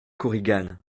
korigane